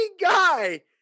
guy